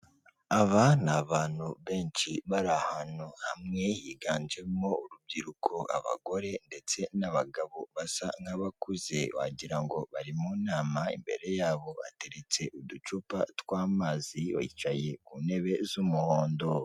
Aba ni abantu benshi, bari ahantu hamwe, higanjemo urubyiruko, abagore, ndetse n'abagabo basa nk'abakuze, wagira ngo bari mu nama, imbere yabo hateretse uducupa tw'amazi, bicaye ku ntebe z'umuhondo.